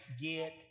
get